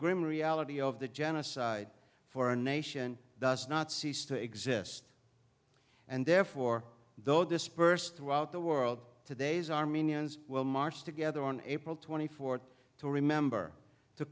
grim reality of the genocide for a nation does not cease to exist and therefore though dispersed throughout the world today's armenians will march together on april twenty fourth to remember to